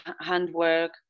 handwork